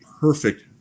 perfect